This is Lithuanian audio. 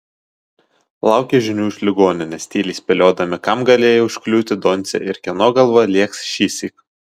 laukė žinių iš ligoninės tyliai spėliodami kam galėjo užkliūti doncė ir kieno galva lėks šįsyk